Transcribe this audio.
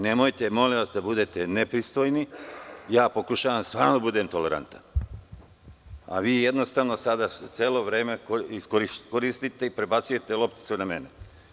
Nemojte molim vas da budete nepristojni, pokušavam stvarno da budem tolerantan, a vi jednostavno sada celo vreme koristite i prebacujete lopticu na mene.